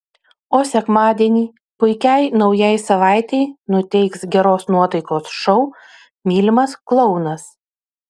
o sekmadienį puikiai naujai savaitei nuteiks geros nuotaikos šou mylimas klounas